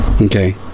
Okay